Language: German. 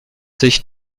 sich